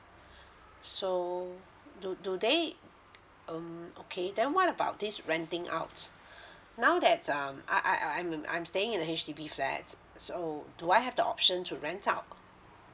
so do do they um okay then what about this renting out now that um I I I I'm staying in a H_D_B flat so do I have the option to rent out